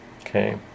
Okay